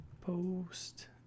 post